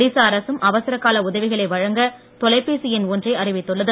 ஒடிஸா அரசும் அவசரகால உதவிகளை வழங்க தொலைபேசி எண் ஒன்றை அறிவித்துள்ளது